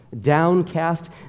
downcast